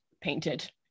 painted